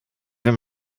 wenn